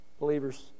believers